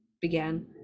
began